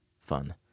fun